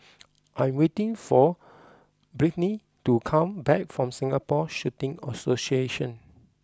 I waiting for Brittny to come back from Singapore Shooting Association